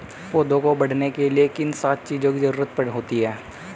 पौधों को बढ़ने के लिए किन सात चीजों की जरूरत होती है?